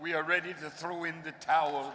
we are ready to throw in the towe